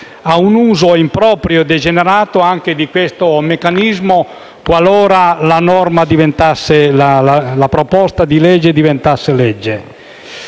a un uso improprio e degenerato anche di questo meccanismo, qualora il disegno di legge diventasse legge.